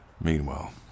Meanwhile